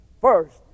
First